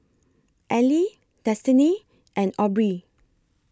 Eli Destini and Aubree